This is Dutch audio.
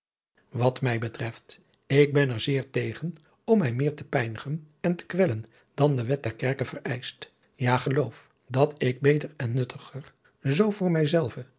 wat mij betreft ik ben er zeer tegen om mij meer te pijnigen en te kwellen dan de wet der kerke vereischt ja geloof dat ik beter en nuttiger zoo voor mij